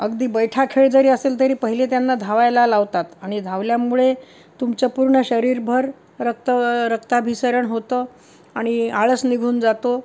अगदी बैठा खेळ जरी असेल तरी पहिले त्यांना धावायला लावतात आणि धावल्यामुळे तुमचं पूर्ण शरीरभर रक्त रक्ताभिसरण होतं आणि आळस निघून जातो